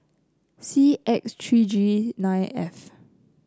C X three G nine F